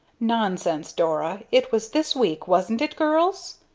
nonsense, dora! it was this week, wasn't it, girls?